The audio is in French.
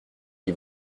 qui